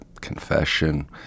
confession